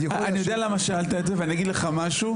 אני יודע למה שאלת את זה ואני אגיד לך משהו.